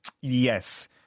Yes